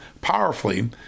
powerfully